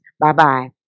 Bye-bye